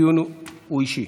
הדיון הוא אישי.